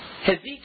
Hezekiah